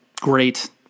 great